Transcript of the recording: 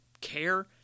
care